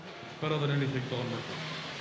it's better than anything don rickles got.